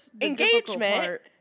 engagement